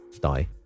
die